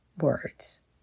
words